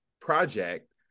project